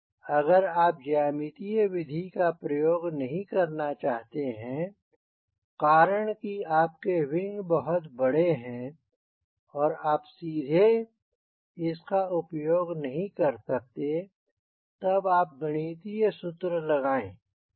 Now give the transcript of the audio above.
अगर आप ज्यामितीय विधि का प्रयोग नहीं करना चाहते हैं कारण कि आपके विंग बहुत बड़े हैं और आप सीधे इस का उपयोग नहीं कर सकते तब आप गणितीय सूत्र को लगाएं